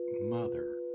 mother